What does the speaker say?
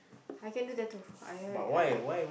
I can do tattoo I have I got